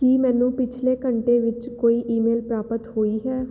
ਕੀ ਮੈਨੂੰ ਪਿਛਲੇ ਘੰਟੇ ਵਿੱਚ ਕੋਈ ਈਮੇਲ ਪ੍ਰਾਪਤ ਹੋਈ ਹੈ